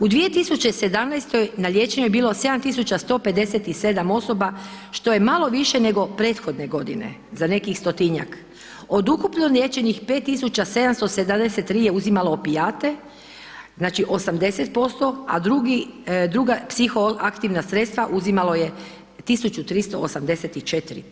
U 2017. na liječenju je bilo 7.157 osoba što je malo više nego prethodne godine, za nekih 100-tinjak, od ukupno liječeni 5.773 je uzimalo opijate, znači 80%, a drugi, a druga psihoaktivna sredstva uzimalo je 1.384.